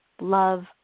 love